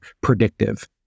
predictive